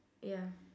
ya